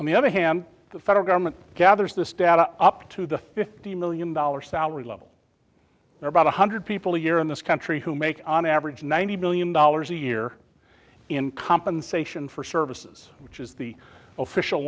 on the other hand the federal government gathers this data up to the fifty million dollar salary level there about one hundred people a year in this country who make on average ninety billion dollars a year in compensation for services which is the official